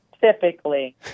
Typically